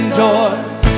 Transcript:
doors